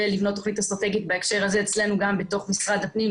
ולבנות תוכנית אסטרטגית בהקשר הזה אצלנו גם בתוך משרד הפנים,